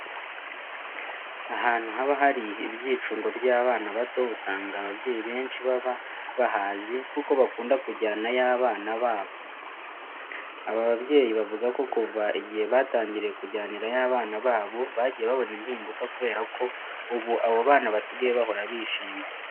Ahantu haba hari ibyicungo by'abana bato usanga ababyeyi benshi baba bahazi kuko bakunda kujyanayo abana babo. Aba babyeyi bavuga ko kuva igihe batangiriye kujyanirayo abana babo, bagiye babona impinduka kubera ko ubu abo bana basigaye bahora bishimye.